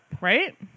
right